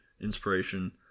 inspiration